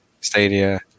Stadia